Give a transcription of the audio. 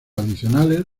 adicionales